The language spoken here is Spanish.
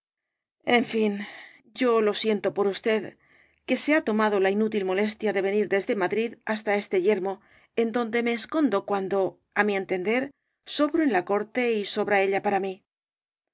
en fin yo lo siento por usted que se ha tomado la inútil molestia de venir desde madrid hasta este yermo en donde me escondo cuando á mi entender sobro en la corte ó sobra ella para mí